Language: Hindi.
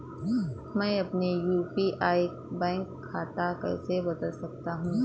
मैं अपने यू.पी.आई का बैंक खाता कैसे बदल सकता हूँ?